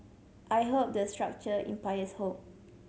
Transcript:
I hope the structure hope